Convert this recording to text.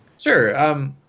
Sure